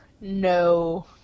no